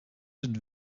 het